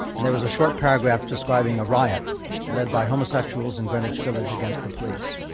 and there was a short paragraph describing a riot led by homosexuals in greenwich village against the police,